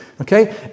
okay